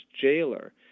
jailer